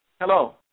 Hello